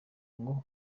ngo